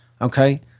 okay